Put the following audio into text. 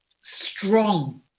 strong